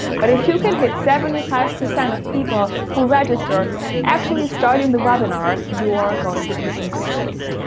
but if you can hit seventy five percent of people who register actually starting the webinar, you are ah going to be in good shape.